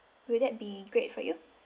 will that be great for you